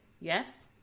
Yes